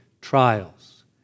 trials